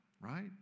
right